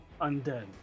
undead